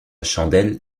chandelle